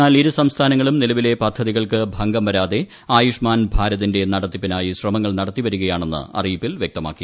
എന്നാൽ ഇരു സംസ്ഥാനങ്ങളും നിലവിലെ പദ്ധതികൾക്ക് ഭംഗം വരാതെ ആയുഷ്മാൻ ഭാരതിന്റെ നടത്തിപ്പിനായി ശ്രമങ്ങൾ നടത്തിവരികയാണെന്ന് അറിയിപ്പിൽ വ്യക്തമാക്കി